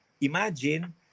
imagine